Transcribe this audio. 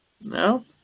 No